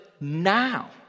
now